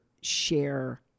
share